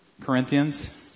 Corinthians